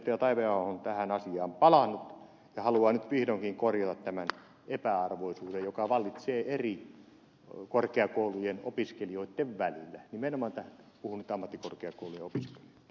taiveaho on tähän asiaan palannut ja haluaa nyt vihdoinkin korjata tämän epäarvoisuuden joka vallitsee eri korkeakoulujen opiskelijoitten välillä nimenomaan puhun nyt ammattikorkeakoulujen opiskelijoista